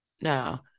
no